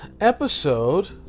episode